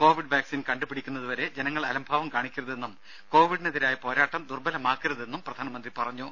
Covid vaccine കണ്ടുപിടിക്കുന്നതുവരെ ജനങ്ങൾ അലംഭാവം കാണിക്കരുതെന്നും കോവിഡിനെതിരായ പോരാട്ടം ദുർബലമാക്കരുതെന്നും പ്രധാനമന്ത്രി പറഞ്ഞു